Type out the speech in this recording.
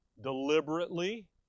deliberately